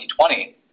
2020